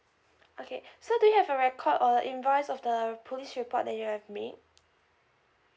okay so do you have a record or the invoice of the police report that you have made